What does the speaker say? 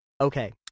Okay